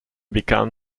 begun